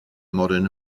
modern